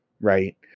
right